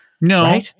No